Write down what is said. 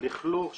לכלוך החומרים,